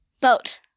Boat